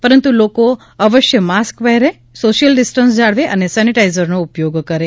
પરંતુ લોકો અવશ્ય માસ્ક પહેરે સોશ્યિલ ડિસ્ટન્સ જાળવે અને સેનેટાઇઝનો ઉપયોગ કરે